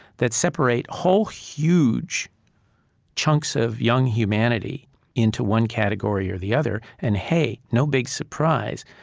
that separate whole huge chunks of young humanity into one category or the other. and, hey, no big surprise,